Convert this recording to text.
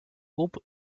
groupe